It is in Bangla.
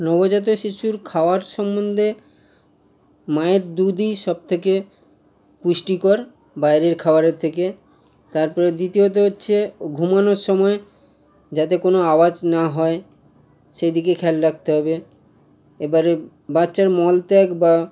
নবজাত শিশুর খাওয়ার সম্বন্ধে মায়ের দুধই সবথেকে পুষ্টিকর বাইরের খাবারের থেকে তারপরে দ্বিতীয়ত হচ্ছে ঘুমোনোর সময় যাতে কোনও আওয়াজ না হয় সেদিকে খেয়াল রাখতে হবে এবারে বাচ্চার মলত্যাগ বা